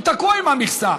הוא תקוע עם המכסה.